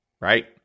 Right